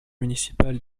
municipale